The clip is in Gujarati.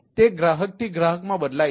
તે ગ્રાહક થી ગ્રાહક માં બદલાય છે